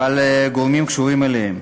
ועל גורמים הקשורים אליהם.